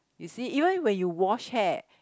you see even when you wash hair